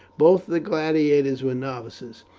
both the gladiators were novices,